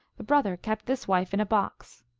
the brother kept this wife in a box.